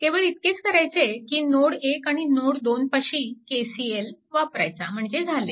केवळ इतकेच करायचे की नोड 1 आणि नोड 2 पाशी KCL वापरावयाचा म्हणजे झाले